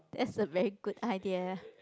that's a very good idea